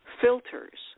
filters